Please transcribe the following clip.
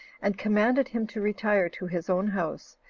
and commanded him to retire to his own house,